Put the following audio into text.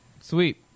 Sweet